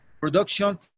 Production